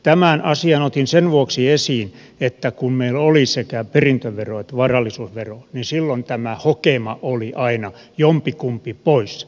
tämän asian otin sen vuoksi esiin että kun meillä oli sekä perintövero että varallisuusvero niin silloin tämä hokema oli aina jompikumpi pois